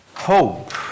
Hope